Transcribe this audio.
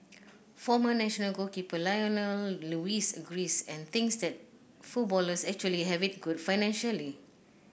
former national goalkeeper Lionel Lewis agrees and thinks that footballers actually have it good financially